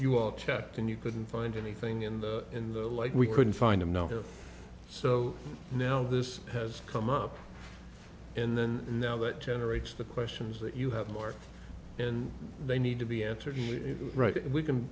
all checked and you couldn't find anything in the in the like we couldn't find a note there so now this has come up in then and now that generates the questions that you have more and they need to be answered right we can